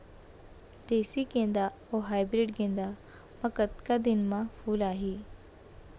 देसी गेंदा अऊ हाइब्रिड गेंदा म कतका दिन म फूल आही?